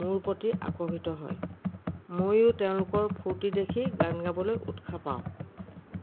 মোৰ প্ৰতি আকৰ্ষিত হয় ময়ো তেওঁলোকৰ ফূৰ্তি দেখি গান গাবলৈ উৎসাহ পাওঁ